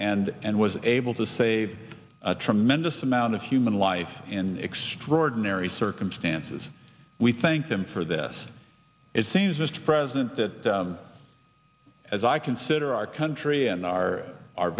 and was able to save a tremendous amount of human life and extraordinary circumstances we thank them for this it seems mr president that as i consider our country and our our